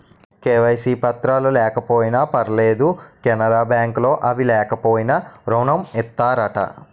KYC పత్రాలు లేకపోయినా పర్లేదు కెనరా బ్యాంక్ లో అవి లేకపోయినా ఋణం ఇత్తారట